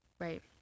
Right